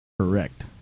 Correct